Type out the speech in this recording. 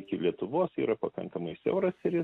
iki lietuvos yra pakankamai siauras ir